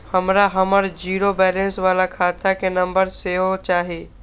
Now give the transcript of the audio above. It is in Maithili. हमरा हमर जीरो बैलेंस बाला खाता के नम्बर सेहो चाही